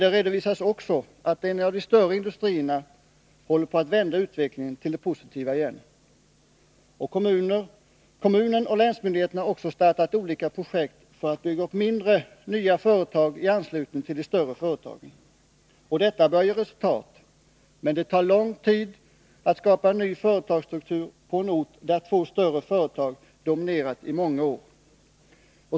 Det redovisades också att en av de större industrierna håller på att vända utvecklingen till det positiva igen. Kommunen och länsmyndigheterna har också startat olika projekt för att bygga upp nya, mindre företag i anslutning till de större företagen. Detta bör ge resultat — men det tar lång tid att skapa en ny företagsstruktur på en ort där två större företag dominerat i många år.